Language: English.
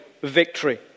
victory